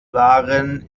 waren